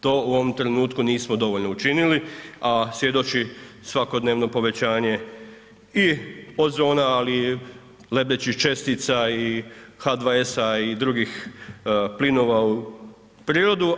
To u ovom trenutku nismo dovoljno učinili a svjedoči svakodnevno povećanje i ozona ali i lebdećih čestica i H2S-a i drugih plinova u prirodu.